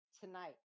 tonight